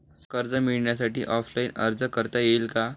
कर्ज मिळण्यासाठी ऑफलाईन अर्ज करता येईल का?